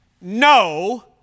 no